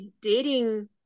dating